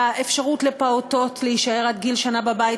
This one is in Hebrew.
באפשרות לפעוטות להישאר עד גיל שנה בבית,